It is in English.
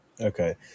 Okay